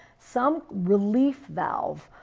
some relief valve?